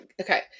Okay